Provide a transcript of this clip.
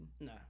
no